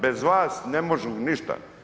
Bez vas ne možemo ništa.